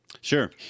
Sure